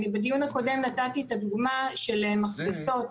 בדיון הקודם אני נתתי את הדוגמה של מכבסות,